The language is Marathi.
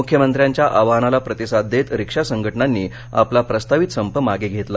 मुख्यमंत्र्यांच्या आवाहनाला प्रतिसाद देत रिक्षा संघटनांनी आपला प्रस्तावित संप मागे घेतला